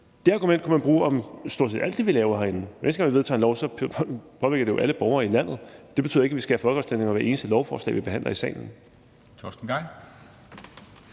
mennesker, kunne man bruge om stort set alt det, vi laver herinde. Hver eneste gang vi vedtager en lov, påvirker det jo alle borgere i landet. Det betyder ikke, at vi skal have folkeafstemninger om hvert eneste lovforslag, vi behandler i salen. Kl.